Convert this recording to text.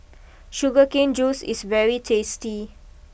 Sugar Cane juice is very tasty